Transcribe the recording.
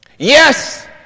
Yes